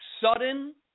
Sudden